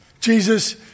Jesus